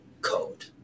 code